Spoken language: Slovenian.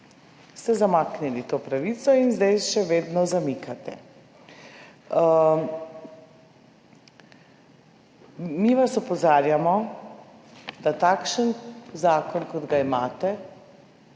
ste zamaknili to pravico in zdaj še vedno zamikate. Mi vas opozarjamo, da takšen zakon kot ga imate,